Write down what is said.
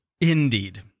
Indeed